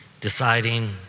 Deciding